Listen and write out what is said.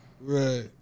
right